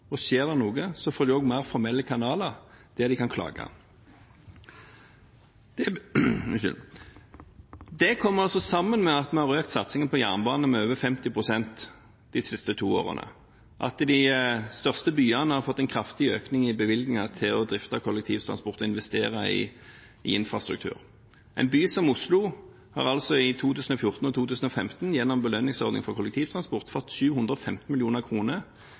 og hvis det skjer noe, får de også mer formelle kanaler der de kan klage. Dette kommer sammen med at vi har økt satsingen på jernbane med over 50 pst. de siste to årene, og at de største byene har fått en kraftig økning i bevilgninger til å drifte kollektivtransport og investere i infrastruktur. En by som Oslo har altså i 2014 og 2015 gjennom belønningsordningen for kollektivtransport